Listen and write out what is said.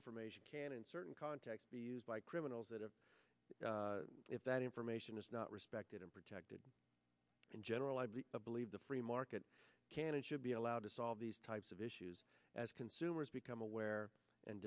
information can in certain contexts be used by criminals that have if that information is not respected and protected in general i believe the free market can and should be allowed to solve these types of issues as consumers become aware and